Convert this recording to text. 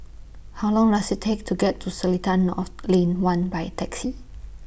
How Long Does IT Take to get to Seletar North Lane one By Taxi